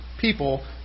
people